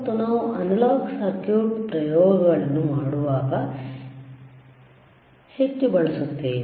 ಮತ್ತು ನಾವು analogue circuit ಪ್ರಯೋಗಗಳನ್ನು ಮಾಡುವಾಗ ಹೆಚ್ಚು ಬಳಸುತ್ತೇವೆ